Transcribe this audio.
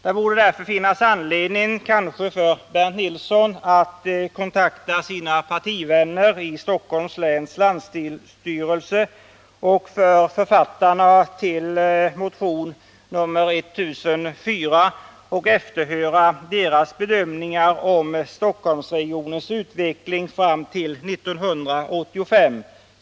Det borde därför kanske finnas anledning för Bernt Nilsson att ta kontakt med sina partivänner i Stockholms läns länsstyrelse och med författarna till motion nr 1004 för att efterhöra deras bedömning av Stockholmsregionens utveckling fram till 1985.